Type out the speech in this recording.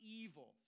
evil